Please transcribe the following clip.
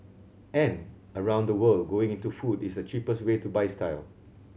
and around the world going into food is the cheapest way to buy style